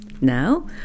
Now